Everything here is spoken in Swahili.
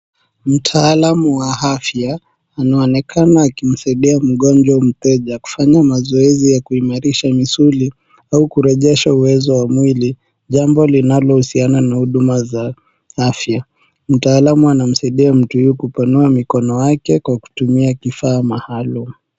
Mtaalamu wa afya anaonekana akimsaidia mgonjwa mteja kufanya mazoezi ya kuimarisha misuli au kurejesha uwezo wa mwili, jambo linalohusiana na huduma za afya. Mtaalamu anamsaidia mtu huyu kupanua mikono yake kwa kutumia kifaa maalum.